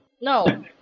no